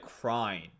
crying